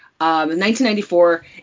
1994